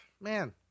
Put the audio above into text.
Man